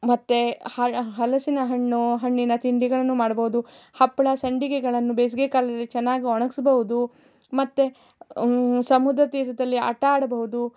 ಮತ್ತು ಹಲ ಹಲಸಿನ ಹಣ್ಣು ಹಣ್ಣಿನ ತಿಂಡಿಗಳನ್ನು ಮಾಡಬವ್ದು ಹಪ್ಪಳ ಸಂಡಿಗೆಗಳನ್ನು ಬೇಸಿಗೆ ಕಾಲದಲ್ಲಿ ಚೆನ್ನಾಗ್ ಒಣಗಿಸ್ಬವ್ದು ಮತ್ತು ಸಮುದ್ರ ತೀರದಲ್ಲಿ ಆಟ ಆಡಬಹುದು